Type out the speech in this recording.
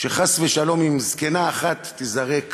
שחס ושלום, אם זקנה אחת תיזרק